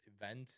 event